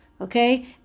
okay